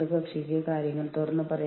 ജീവനക്കാരുടെ കൂട്ടം അവിടെയുണ്ട്